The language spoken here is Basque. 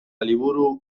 liburu